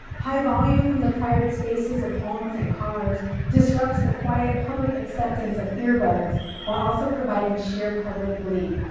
high volume from the private spaces of homes and cars disrupts the quiet public acceptance of earbuds while also providing sheer public glee,